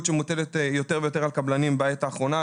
שמוטלת יותר ויותר על קבלנים ויזמים בעת האחרונה.